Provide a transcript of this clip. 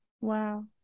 Wow